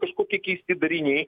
kažkokie keisti dariniai